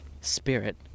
spirit